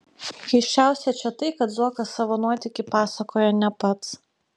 keisčiausia čia tai kad zuokas savo nuotykį pasakoja ne pats